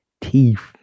teeth